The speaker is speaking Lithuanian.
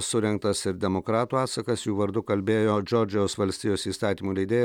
surengtas ir demokratų atsakas jų vardu kalbėjo džordžijos valstijos įstatymų leidėja